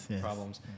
problems